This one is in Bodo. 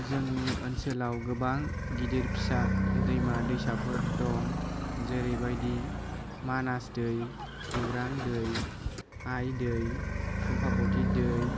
जोंनि ओनसोलाव गोबां गिदिर फिसा दैमा दैसाफोर दं जेरैबायदि मानास दै गौरां दै आइ दै चाम्पाबथि दै